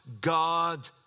God